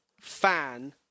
fan